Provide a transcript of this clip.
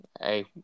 hey